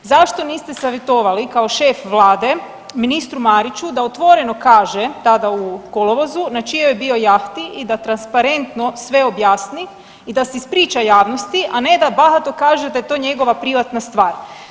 Zašto niste savjetovali kao šef vlade ministru Mariću da otvoreno kaže tada u kolovozu na čijoj je bio jahti i da transparentno sve objasni i da se ispriča javnosti, a ne da bahato kaže da je to njegova privatna stvar?